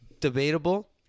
debatable